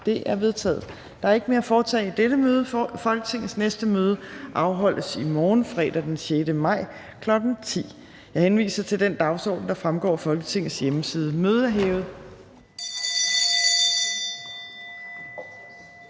(Trine Torp): Der er ikke mere at foretage i dette møde. Folketingets næste møde afholdes i morgen, fredag den 6. maj 2022, kl. 10.00. Jeg henviser til den dagsorden, der fremgår af Folketingets hjemmeside. Mødet er hævet.